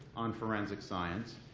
on forensic science,